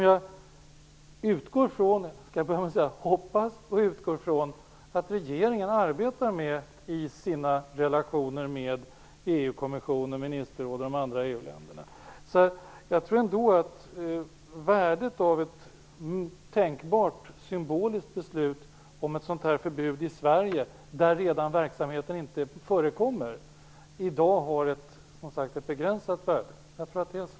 Jag hoppas och utgår ifrån att regeringen arbetar med detta i sina relationer med EU Jag tror ändå att värdet av ett symboliskt beslut om ett förbud i Sverige, där verksamheten inte förekommer, i dag är begränsat. Jag tror att det är så.